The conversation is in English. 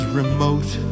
remote